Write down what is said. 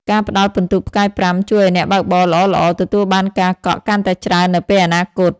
ការផ្តល់ពិន្ទុផ្កាយ ៥ ជួយឱ្យអ្នកបើកបរល្អៗទទួលបានការកក់កាន់តែច្រើននៅពេលអនាគត។